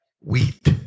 wheat